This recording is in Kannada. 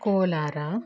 ಕೋಲಾರ